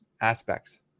aspects